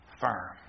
firm